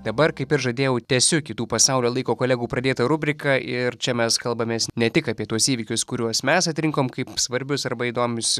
dabar kaip ir žadėjau tęsiu kitų pasaulio laiko kolegų pradėtą rubriką ir čia mes kalbamės ne tik apie tuos įvykius kuriuos mes atrinkom kaip svarbius arba įdomius